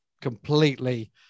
completely